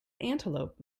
antelope